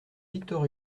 victor